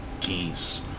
geese